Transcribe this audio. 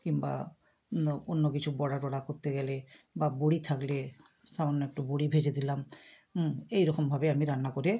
কিম্বা অন্য অন্য কিছু বড়া টড়া করতে গেলে বা বড়ি থাকলে সামান্য একটু বড়ি ভেজে দিলাম এই রকমভাবে আমি রান্না করে